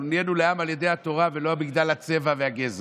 אנחנו נהיינו לעם על ידי התורה ולא בגלל הצבע והגזע.